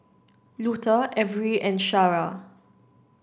Luther Averi and Shara